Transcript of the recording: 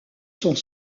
sont